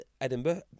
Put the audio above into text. Edinburgh